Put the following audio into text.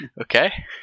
Okay